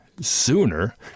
sooner